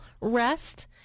rest